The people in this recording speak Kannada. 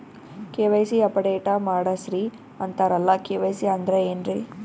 ಕೆ.ವೈ.ಸಿ ಅಪಡೇಟ ಮಾಡಸ್ರೀ ಅಂತರಲ್ಲ ಕೆ.ವೈ.ಸಿ ಅಂದ್ರ ಏನ್ರೀ?